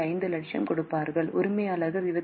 5 லட்சம் கொடுப்பார்கள் உரிமையாளர் 2